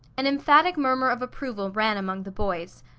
an emphatic murmur of approval ran among the boys,